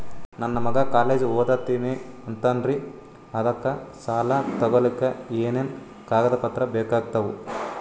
ನನ್ನ ಮಗ ಕಾಲೇಜ್ ಓದತಿನಿಂತಾನ್ರಿ ಅದಕ ಸಾಲಾ ತೊಗೊಲಿಕ ಎನೆನ ಕಾಗದ ಪತ್ರ ಬೇಕಾಗ್ತಾವು?